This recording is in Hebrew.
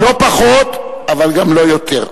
לא פחות, אבל גם לא יותר.